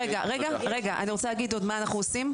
רגע, אני רוצה להגיד עוד מה אנחנו עושים.